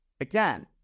Again